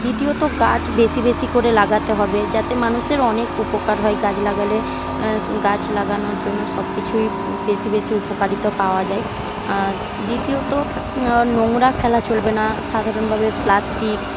দ্বিতীয়ত গাছ বেশি বেশি করে লাগাতে হবে যাতে মানুষের অনেক উপকার হয় গাছ লাগালে গাছ লাগানোর জন্য সবকিছুই বেশি বেশি উপকারিতা পাওয়া যায় দ্বিতীয়ত নোংরা ফেলা চলবে না সাধারণভাবে প্লাস্টিক